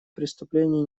преступления